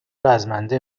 رزمنده